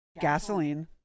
gasoline